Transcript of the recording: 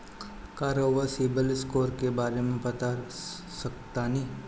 का रउआ CIBIL score के बारे में बता सकतानी?